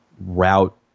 route